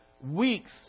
weeks